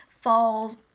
falls